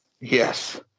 Yes